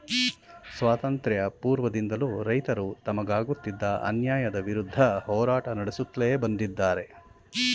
ಸ್ವಾತಂತ್ರ್ಯ ಪೂರ್ವದಿಂದಲೂ ರೈತರು ತಮಗಾಗುತ್ತಿದ್ದ ಅನ್ಯಾಯದ ವಿರುದ್ಧ ಹೋರಾಟ ನಡೆಸುತ್ಲೇ ಬಂದಿದ್ದಾರೆ